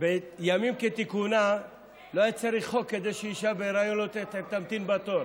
בימים כתיקונם לא היה צריך חוק כדי שאישה בהיריון לא תמתין בתור.